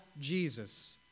Jesus